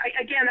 Again